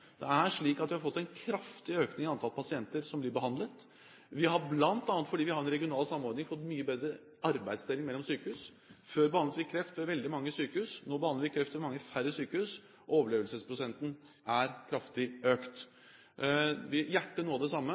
Vi har fått en kraftig økning i antall pasienter som blir behandlet. Vi har, bl.a. fordi vi har en regional samordning, fått en mye bedre arbeidsdeling mellom sykehus. Før behandlet vi kreft ved veldig mange sykehus. Nå behandler vi kreft ved mange færre sykehus, og overlevelsesprosenten er kraftig økt. Når det gjelder hjerte, er det noe av det samme.